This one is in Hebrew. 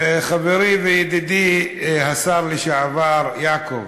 חברי וידידי השר לשעבר יעקב,